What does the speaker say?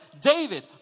David